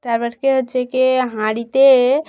তারপর কি হচ্ছে কি হাঁড়িতে